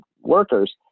workers